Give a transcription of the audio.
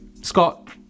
scott